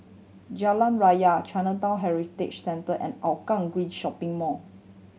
Jalan Raya Chinatown Heritage Center and Hougang Green Shopping Mall